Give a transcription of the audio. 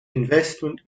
investment